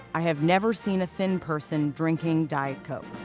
i have never seen a thin person drinking diet coke.